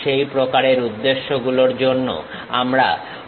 সেই প্রকারের উদ্দেশ্যগুলোর জন্য আমরা অর্ধ সেকশন ব্যবহার করি